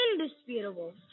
Indisputable